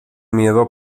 miedo